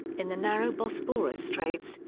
in the narrow bosporus straits,